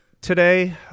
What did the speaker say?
today